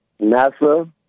NASA